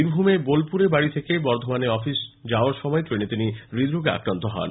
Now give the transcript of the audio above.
বীরভূমের বোলপুরের বাড়ি থেকে বর্ধমানে অফিসে আসার সময় ট্রেনে তিনি হৃদরোগে আক্রান্ত হন